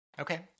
Okay